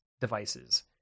devices